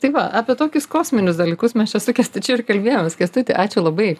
tai va apie tokius kosminius dalykus mes čia su kęstučiu ir kalbėjomės kęstuti ačiū labai